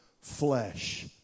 flesh